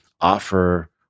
offer